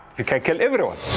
you can kill everyone.